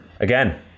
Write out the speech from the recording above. again